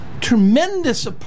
tremendous